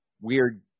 weird